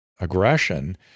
aggression